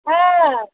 ஆ